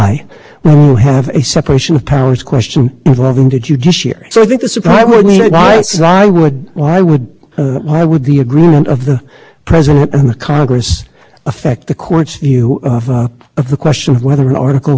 understand that but i find it quite surprising as a position for the united states to take because of course as i'm sure you consider that would mean that other nations if if we prevailed on